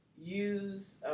Use